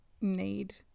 need